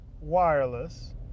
wireless